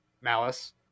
malice